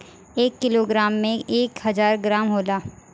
एक किलोग्राम में एक हजार ग्राम होला